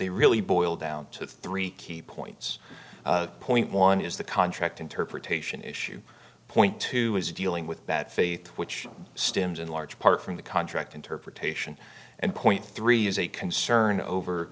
they really boil down to three key points point one is the contract interpretation issue point two is dealing with that faith which stems in large part from the contract interpretation and point three is a concern over